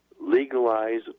Legalize